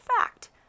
fact